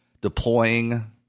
deploying